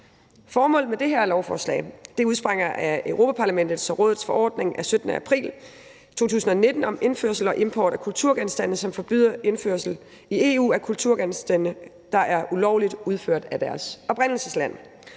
videre. Det her lovforslag udspringer af Europa-Parlamentets og Rådets forordning af den 17. april 2019 om indførsel og import af kulturgenstande, som forbyder indførsel i EU af kulturgenstande, der er ulovligt udført af deres oprindelsesland.